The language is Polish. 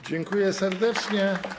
Dziękuję serdecznie.